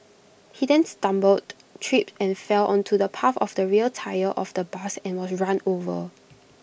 he then stumbled tripped and fell onto the path of the rear tyre of the bus and was run over